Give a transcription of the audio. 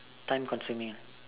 time consuming ah